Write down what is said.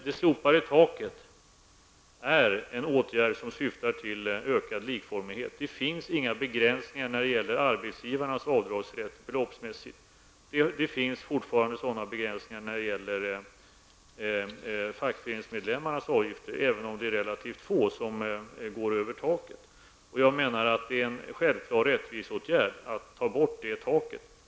Det slopade taket är en åtgärd som syftar till ökad likformighet. Det finns inga begränsningar beloppsmässigt när det gäller arbetsgivarnas avdragsrätt. Det finns fortfarande sådana begränsningar i fråga om fackföreningsmedlemmarnas avgifter, även om det är relativt få som går över taket. Jag menar att det är en självklar rättviseåtgärd att ta bort det taket.